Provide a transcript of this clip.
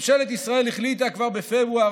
ממשלת ישראל החליטה כבר בפברואר,